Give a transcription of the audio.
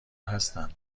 هستند